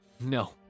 No